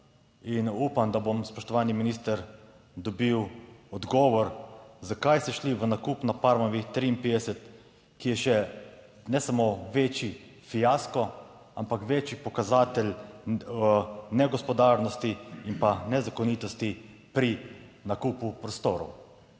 in upam, da bom spoštovani minister dobil odgovor zakaj ste šli v nakup na Parmovi 53, ki je še ne samo večji fiasko, ampak večji pokazatelj negospodarnosti in pa nezakonitosti pri nakupu prostorov.